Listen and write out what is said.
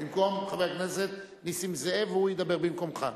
במקום חבר הכנסת נסים זאב, והוא ידבר במקומך.